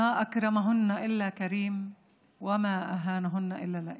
מי שמכבד אותן מכובד ומי שמשפיל אותן שפל.)